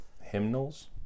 Hymnals